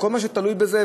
עם כל מה שתלוי בזה,